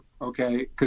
okay